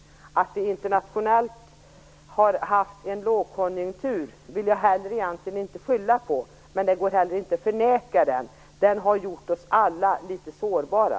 Jag vill egentligen inte heller skylla på att vi internationellt har haft en lågkonjunktur, men det går heller inte att förneka det. Den har gjort oss alla litet sårbara.